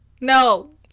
no